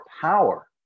power